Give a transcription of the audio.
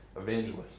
Evangelists